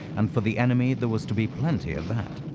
and for the enemy, there was to be plenty of that.